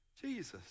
Jesus